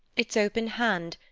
its open hand,